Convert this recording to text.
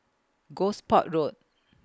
Gosport Road